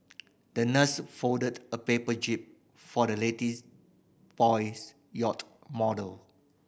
the nurse folded a paper jib for the latest boy's yacht model